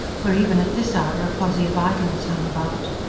where even at this hour a posse of idlers hung about.